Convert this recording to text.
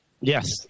Yes